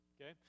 okay